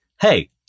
Hey